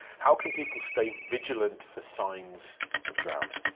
how can people stay vigilant for signs of drowning?